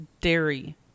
dairy